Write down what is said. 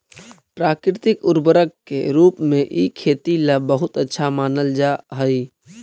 प्राकृतिक उर्वरक के रूप में इ खेती ला बहुत अच्छा मानल जा हई